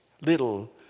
little